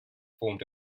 formed